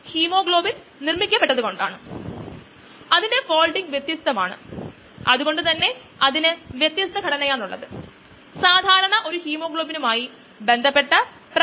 ഇവിടെ Michaelis Menten പാരാമീറ്ററുകൾ കണക്കിലെടുക്കുമ്പോൾ v max ഉം Km ഉം v max മിനിറ്റിന് മില്ലിമോളാർ km മില്ലിമോളാർ മില്ലിമോളറിലെ ഇൻഹിബിറ്റർ സങ്കോചം 0 0